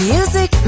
Music